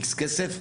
X כסף,